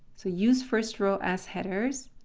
so use first row as headers,